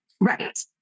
Right